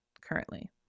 currently